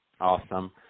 Awesome